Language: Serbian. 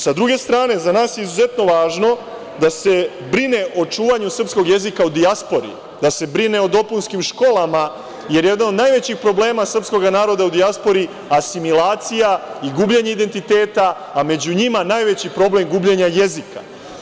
Sa druge strane, za nas je izuzetno važno da se brine o čuvanju srpskog jezika u dijaspori, da se brine o dopunskim školama, jer jedan od najvećih problema srpskog naroda u dijaspori je asimilacija i gubljenje identiteta, a među njima najveći problem gubljenja jezika.